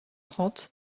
trente